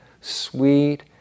sweet